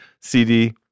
CD